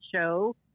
show